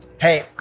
Hey